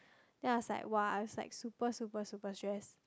then I was like [wah] I was like super super super stressed